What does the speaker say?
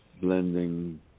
blending